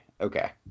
okay